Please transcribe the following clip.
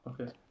Okay